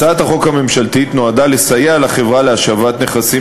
הצעת החוק הממשלתית נועדה לסייע לחברה להשבת נכסים